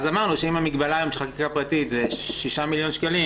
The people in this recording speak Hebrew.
אז אמרנו שאם המגבלה של חקיקה פרטית זה 6 מיליון שקלים